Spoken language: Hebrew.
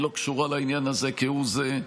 והיא לא קשורה לעניין הזה כהוא זה.